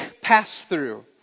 pass-through